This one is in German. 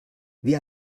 wir